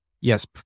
Yes